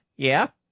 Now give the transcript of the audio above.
yeah?